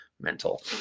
mental